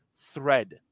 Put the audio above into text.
thread